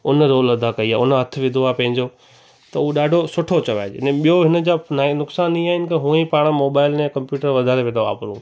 उन रोल अदा कयी आहे उन हथु विधो आहे पंहिंजो त हू ॾाढो सुठो चवाइजे ऐं ॿियो हिनजा ने नुक़सान हीअं आहिनि हुअईं पाण मोबाइल ने कंप्यूटर वधारे वेठा वापरूं